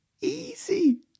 easy